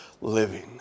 living